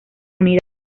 unidad